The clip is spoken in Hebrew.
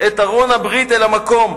את ארון הברית אל המקום,